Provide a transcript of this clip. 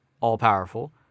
all-powerful